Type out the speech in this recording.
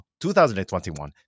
2021